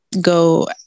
go